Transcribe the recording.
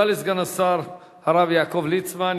תודה לסגן השר הרב יעקב ליצמן.